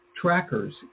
trackers